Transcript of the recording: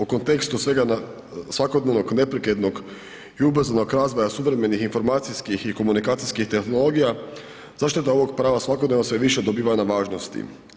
U kontekstu svakodnevnog neprekidnog i ubrzanog razvoja suvremenih informacijskih i komunikacijskih tehnologija, zaštita ovog prava svakodnevno sve više dobiva na važnosti.